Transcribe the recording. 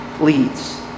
leads